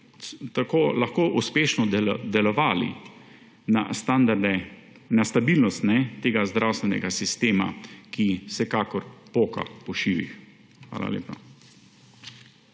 lahko uspešno delovali na stabilnost tega zdravstvenega sistema, ki vsekakor poka po šivih. Hvala lepa.